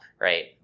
right